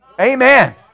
Amen